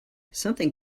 something